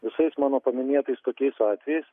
visais mano paminėtais tokiais atvejais